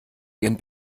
ihren